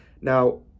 Now